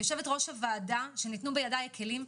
יושבת-ראש הוועדה שניתנו בידיי הכלים,